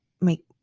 make